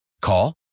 Call